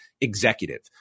executive